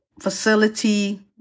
facility